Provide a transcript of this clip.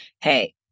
hey